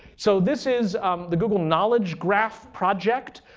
so this is the google knowledge graph project.